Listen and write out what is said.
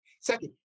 Second